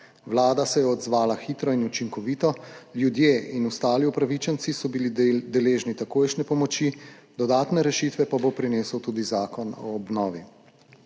Vlada se je odzvala hitro in učinkovito, ljudje in ostali upravičenci so bili deležni takojšnje pomoči, dodatne rešitve pa bo prinesel tudi zakon o obnovi.